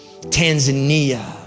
Tanzania